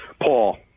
paul